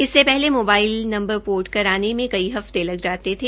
इससे पहले mobile number port कराने में कई हफ्ते लग जाते थे